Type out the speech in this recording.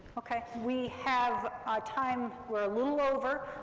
okay, we have time, we're a little over,